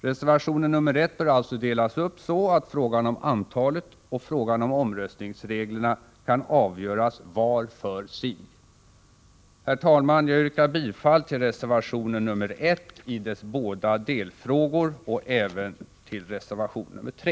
Reservation 1 bör alltså delas upp så att frågan om antalet och frågan om omröstningsreglerna kan avgöras var för sig. Herr talman! Jag yrkar bifall till reservation 1 i dess båda delfrågor och även till reservation 3.